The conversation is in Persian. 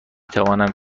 توانم